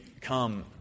come